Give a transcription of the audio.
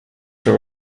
from